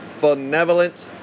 benevolent